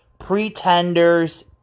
Pretenders